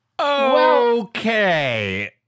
Okay